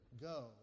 go